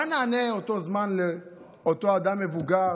מה נענה באותו זמן לאותו אדם מבוגר,